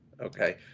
okay